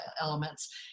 elements